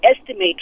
estimate